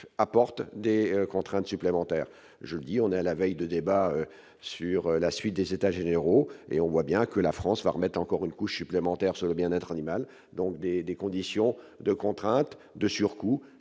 apporte des contraintes supplémentaires, je dis : on est à la veille de débats sur la suite des états généraux et on voit bien que la France va remettre encore une couche supplémentaire sur le bien être animal, donc des des conditions de contraintes de surcoût